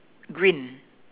green